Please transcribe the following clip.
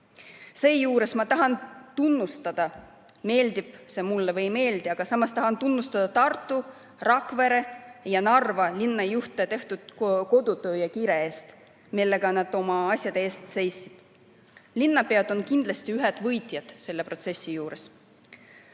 Samas ma tahan tunnustada, meeldib see mulle või ei meeldi, Tartu, Rakvere ja Narva linna juhte tehtud kodutöö ja kire eest, millega nad oma asjade eest seisid. Linnapead on kindlasti ühed võitjad selles protsessis.